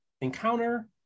encounter